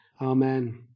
Amen